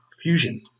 fusion